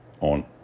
on